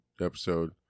episode